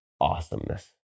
Awesomeness